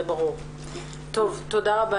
תודה רבה